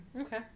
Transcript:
Okay